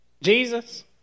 Jesus